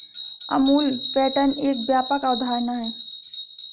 Amul pattern एक व्यापक अवधारणा है